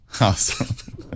awesome